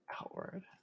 Outward